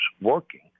working